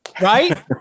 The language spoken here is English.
right